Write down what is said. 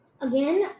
again